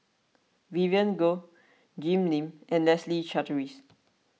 Vivien Goh Jim Lim and Leslie Charteris